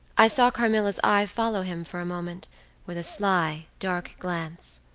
i saw carmilla's eye follow him for a moment with a sly, dark glance.